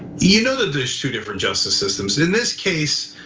you know that there's two different justice systems. in this case,